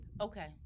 Okay